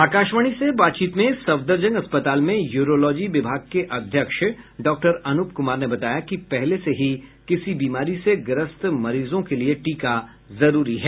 आकाशवाणी से बातचीत में सफदरजंग अस्पताल में यूरोलॉजी विभाग के अध्यक्ष डॉक्टर अनूप कुमार ने बताया कि पहले से ही किसी बीमारी से ग्रस्त मरीजों के लिए टीका जरूरी है